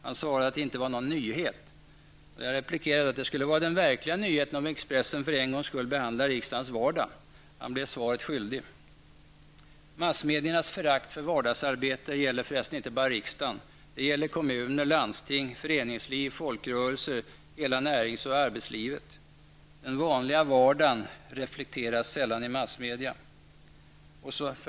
Han svarade då att det inte var någon nyhet. Jag replikerade att det skulle vara den verkliga nyheten om Expressen för en gångs skull behandlade riksdagens vardag. Han blev svaret skyldig. Massmediernas förakt för vardagsarbetet gäller förresten inte bara riksdagen. Detsamma gäller kommuner, landsting, föreningsliv, folkrörelser och hela närings och arbetslivet. Den vanliga vardagen reflekteras sällan i massmedia.